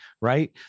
right